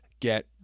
Get